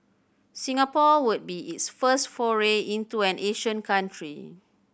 Singapore would be its first foray into an Asian country